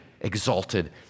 exalted